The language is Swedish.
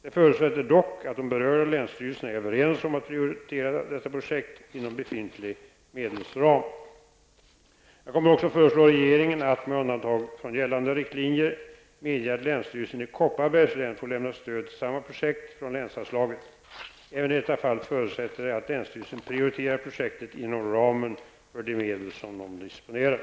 Det förutsätter dock att de berörda länsstyrelserna är överens om att prioritera detta projekt inom befintlig medelsram. Jag kommer också att föreslå regeringen att, med undantag från gällande riktlinjer, medge att länsstyrelsen i Kopparbergs län får lämna stöd till samma projekt från länsanslaget. Även i detta fall förutsätter det att länsstyrelsen prioriterar projektet inom ramen för de medel som den disponerar.